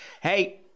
Hey